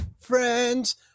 friends